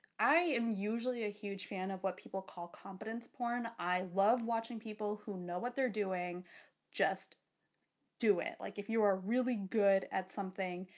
i am usually a huge fan of what people call competence porn. i love watching people who know what they're doing just do it. like if you are really good at something,